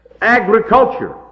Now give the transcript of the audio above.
agriculture